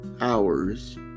hours